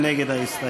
מי נגד ההסתייגות?